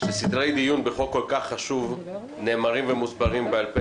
שסדרי דיון בחוק כל כך חשוב נאמרים ומוסברים בעל-פה